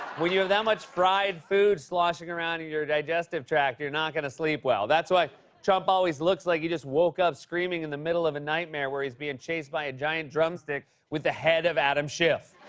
when you have that much fried food sloshing around in your digestive tract, you're not gonna sleep well. that's why trump always looks like he just woke up screaming in the middle of a nightmare where he's bein' chased by a giant drumstick with the head of adam schiff.